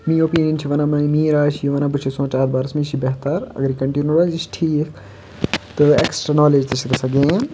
میٲنۍ اوپیٖنِیَن چھِ ونان میٲنۍ راے چھ یہِ وَنان بہٕ چھُس سونچان اَتھ بارس منز یہِ چھِ بہتر اگر یہِ کنٹنوٗ روزِ یہِ چھِ ٹھیٖک تہٕ اؠکسٹرا نالیج تہِ چھِ گژھان گین